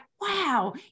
Wow